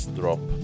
drop